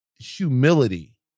humility